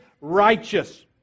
righteous